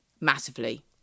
massively